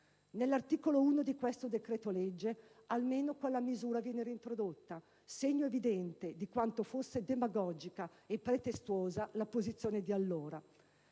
Nell'articolo 1 del decreto-legge al nostro esame almeno quella misura viene reintrodotta: un segno evidente di quanto fosse demagogica e pretestuosa la posizione di allora.